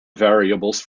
variables